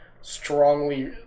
strongly